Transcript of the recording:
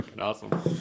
Awesome